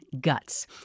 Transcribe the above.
Guts